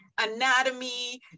anatomy